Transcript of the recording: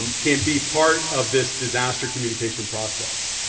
um can be part of this disaster communication process.